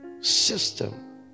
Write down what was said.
system